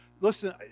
listen